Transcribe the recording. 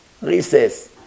Recess